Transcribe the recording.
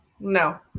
No